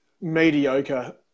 mediocre